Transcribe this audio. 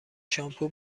شامپو